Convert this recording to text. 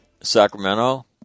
Sacramento